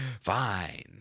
Fine